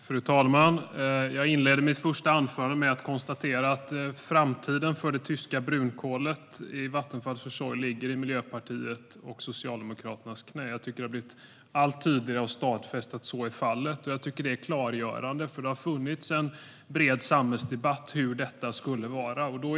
Fru talman! Jag inledde mitt första anförande med att konstatera att framtiden för det tyska brunkolet i Vattenfalls försorg ligger i Miljöpartiets och Socialdemokraternas knä. Jag tycker att det har blivit allt tydligare och stadfäst att så är fallet. Detta är klargörande, för det har funnits en bred samhällsdebatt om hur detta skulle vara.